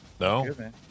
No